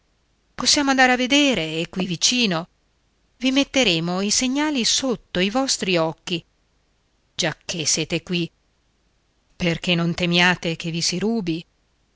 possiamo andare a vedere è qui vicino i metteremo i segnali sotto i vostri occhi giacché siete qui perché non temiate che vi si rubi